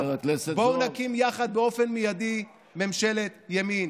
בואו נקים יחד באופן מיידי ממשלת ימין.